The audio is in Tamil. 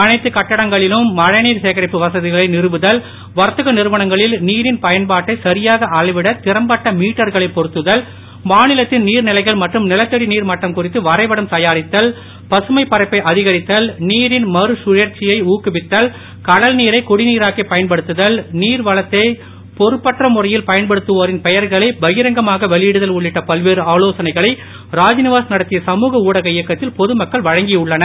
அனைத்து கட்டிடங்களிலும் மழைநீர் சேகரிப்பு வசதிகளை நிறுவுதல் வர்த்தக நிறுவனங்களில் நீரின் பயன்பாட்டை சரியாக அளவிட திறம்பட்ட மீட்டர்களை பொறுத்துதல் மாநிலத்தின் நீர்நிலைகள் மற்றும் நிலத்தடி நீர் மட்டம் குறித்து வரைப்படம் தயாரித்தல் பசுமைப்பரப்பை அதிகரித்தல் நீரின் மறுகழற்சியை ஊக்குவித்தல் கடல்நீரை குடி நீராக்கிப் பயன்படுத்துதல் நீர் வளத்தை பொறுப்பற்ற முறையில் பயன்படுத்துவோரின் பெயர்களை பகிரங்கமாக வெளியிடுதல் உள்ளிட்ட பல்வேறு ஆலோசனைகளை ராத்நிவாஸ் நடத்திய சமுக ஊடக இயக்கத்தில் பொதுமக்கள் வழங்கியுள்ளனர்